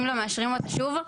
אם לא מאשרים אותה שוב,